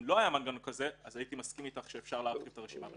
אם לא היה מנגנון כזה אז הייתי מסכים איתך שאפשר להרחיב את הרשימה.